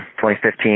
2015